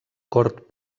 cort